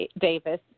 Davis